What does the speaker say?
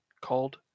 called